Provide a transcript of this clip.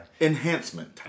Enhancement